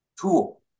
tool